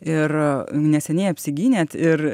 ir neseniai apsigynėt ir